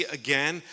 again